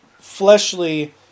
fleshly